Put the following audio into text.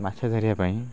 ମାଛ ଧରିବା ପାଇଁ